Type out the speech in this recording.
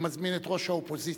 אני מזמין את ראש האופוזיציה,